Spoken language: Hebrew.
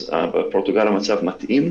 בפורטוגל המצב מתאים.